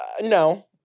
No